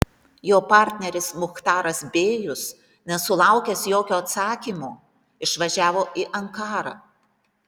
jo partneris muchtaras bėjus nesulaukęs jokio atsakymo išvažiavo į ankarą